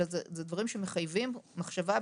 אלה דברים שמחייבים מחשבה.